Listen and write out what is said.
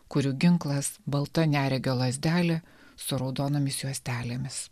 kurių ginklas balta neregio lazdelė su raudonomis juostelėmis